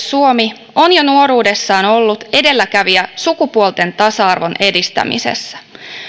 suomi on jo nuoruudessaan ollut edelläkävijä sukupuolten tasa arvon edistämisessä